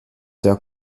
der